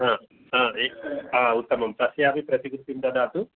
ए उत्तमं तस्यापि प्रतिकृतिं ददातु